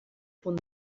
punt